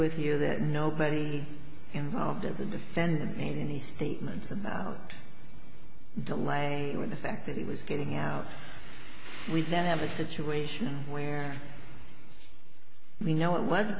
with you that nobody involved as a defendant made any statements about the language the fact that he was getting out we then have a situation where we know it was